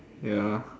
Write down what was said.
ya